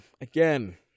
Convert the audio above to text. again